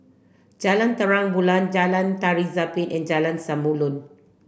Jalan Terang Bulan Jalan Tari Zapin and Jalan Samulun